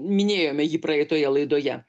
minėjome jį praeitoje laidoje